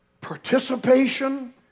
participation